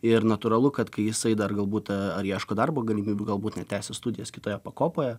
ir natūralu kad kai jisai dar galbūt ar ieško darbo galimybių galbūt net tęsia studijas kitoje pakopoje